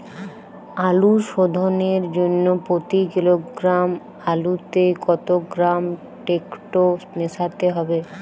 আলু শোধনের জন্য প্রতি কিলোগ্রাম আলুতে কত গ্রাম টেকটো মেশাতে হবে?